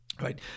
right